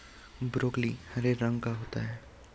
broccoli हरे रंग का होता है